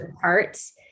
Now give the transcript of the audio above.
parts